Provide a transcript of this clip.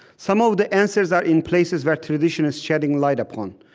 some of the answers are in places where tradition is shedding light upon.